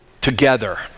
together